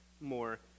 more